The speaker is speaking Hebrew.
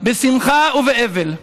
בשמחה ובאבל,